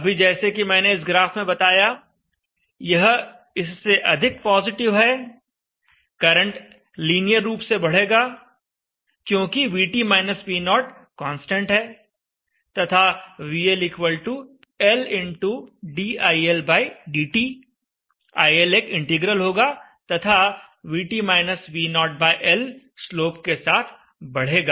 अभी जैसे कि मैंने इस ग्राफ में बताया यह इससे अधिक पोजिटिव है करंट लीनियर रूप से बढ़ेगा क्योंकि VT V0 कांस्टेंट है तथा VLL dILdt IL एक इंटीग्रल होगा तथा L स्लोप के साथ बढ़ेगा